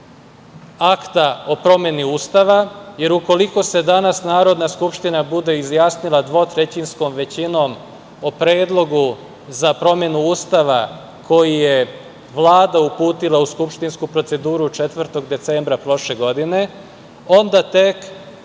akta o promeni Ustava jer ukoliko se danas Narodna skupština bude izjasnila dvotrećinskom većinom o Predlogu za promenu Ustava koji je Vlada uputila u skupštinsku proceduru 4. decembra prošle godine, onda tek